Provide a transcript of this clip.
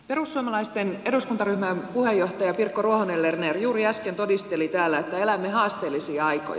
perussuomalaisten eduskuntaryhmän puheenjohtaja pirkko ruohonen lerner juuri äsken todisteli täällä että elämme haasteellisia aikoja